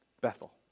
Bethel